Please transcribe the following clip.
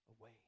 away